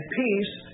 peace